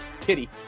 Kitty